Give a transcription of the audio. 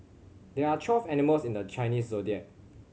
there are twelve animals in the Chinese Zodiac